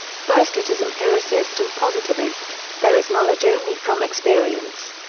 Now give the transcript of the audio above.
first it is empiricist and positivist there is knowledge only from experience.